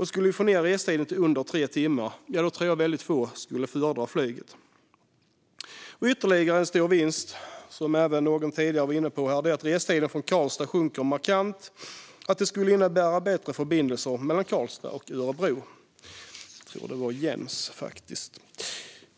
om vi skulle få ned restiden till under tre timmar tror jag att få skulle föredra flyget. Ytterligare en stor vinst, som även någon tidigare var inne på här, är att restiden från Karlstad sjunker markant och att det skulle innebära bättre förbindelser mellan Karlstad och Örebro. Jag tror att det var Jens Holm som pratade om det.